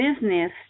business